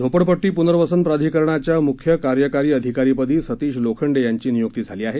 झोपडपट्टी पूनवर्सन प्राधिकरणाच्या मुख्य कार्यकारी अधिकारीपदी सतीश लोखंडे यांची नियुक्ती झाली आहे